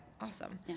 Awesome